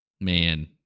man